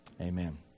Amen